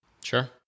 Sure